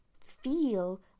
feel